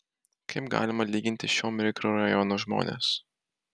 kaip galima lyginti šio mikrorajono žmones